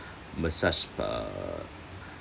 massage uh